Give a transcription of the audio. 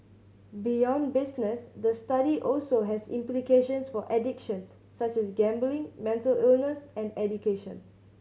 beyond business the study also has implications for addictions such as gambling mental illness and education